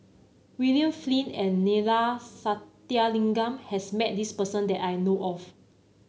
William Flint and Neila Sathyalingam has met this person that I know of